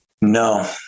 No